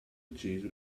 acceso